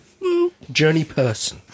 journeyperson